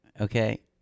okay